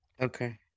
Okay